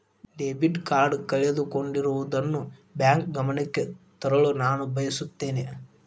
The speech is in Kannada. ಡೆಬಿಟ್ ಕಾರ್ಡ್ ಕಳೆದುಕೊಂಡಿರುವುದನ್ನು ಬ್ಯಾಂಕ್ ಗಮನಕ್ಕೆ ತರಲು ನಾನು ಬಯಸುತ್ತೇನೆ